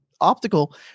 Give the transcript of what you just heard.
optical